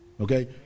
Okay